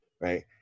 right